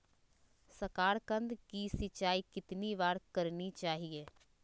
साकारकंद की सिंचाई कितनी बार करनी चाहिए?